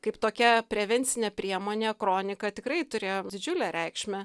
kaip tokia prevencinė priemonė kronika tikrai turėjo didžiulę reikšmę